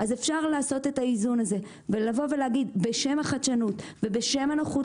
אז אפשר לעשות את האיזון הזה ולהגיד שבשם החדשנות ובשם הנוחות